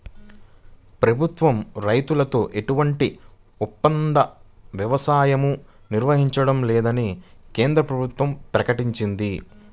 ప్రభుత్వం రైతులతో ఎలాంటి ఒప్పంద వ్యవసాయమూ నిర్వహించడం లేదని కేంద్ర ప్రభుత్వం ప్రకటించింది